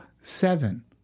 seven